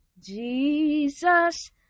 Jesus